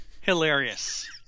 hilarious